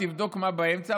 תבדוק מה באמצע.